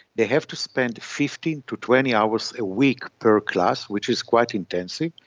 they have to spend fifteen to twenty hours a week per class, which is quite intensive,